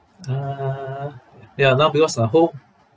uh ya now because the whole